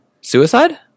Suicide